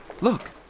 Look